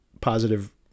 positive